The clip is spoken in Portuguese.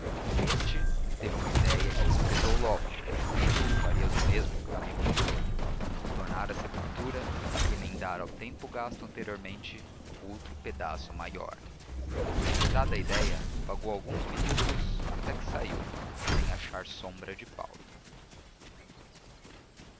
este teve uma ideia que desprezou logo e tu farias o mesmo amigo leitor foi tornar à sepultura e emendar ao tempo gasto anteriormente outro pedaço maior desprezada a ideia vagou alguns minutos até que saiu sem achar sombra de paulo